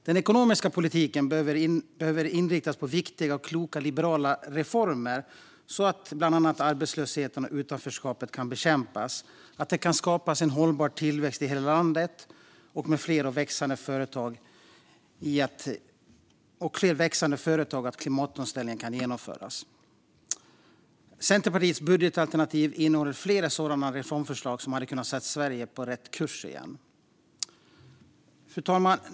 Den ekonomiska politiken behöver inriktas på viktiga och kloka liberala reformer så att bland annat arbetslösheten och utanförskapet kan bekämpas, så att det kan skapas en hållbar tillväxt i hela landet med fler och växande företag och så att klimatomställningen kan genomföras. Centerpartiets budgetalternativ innehåller flera sådana reformförslag som hade kunnat sätta Sverige på rätt kurs igen. Fru talman!